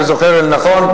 אם אני זוכר אל-נכון,